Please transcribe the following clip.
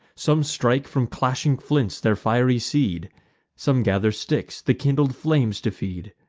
some strike from clashing flints their fiery seed some gather sticks, the kindled flames to feed,